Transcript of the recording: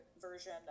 version